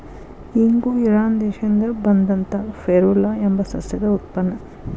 ಇಂಗು ಇರಾನ್ ದೇಶದಿಂದ ಬಂದಂತಾ ಫೆರುಲಾ ಎಂಬ ಸಸ್ಯದ ಉತ್ಪನ್ನ